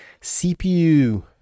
CPU